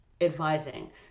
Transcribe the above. advising